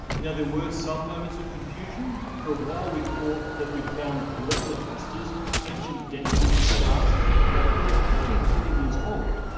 now there were some moments of confusion. for a while we thought we'd found globular clusters ancient, dense groups of stars that were fifteen billion years old.